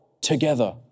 together